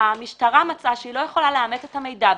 שהמשטרה מצאה שהיא לא יכולה לאמת את המידע,